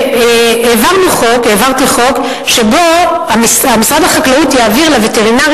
והעברתי חוק שכתוב בו שמשרד החקלאות יעביר לווטרינרים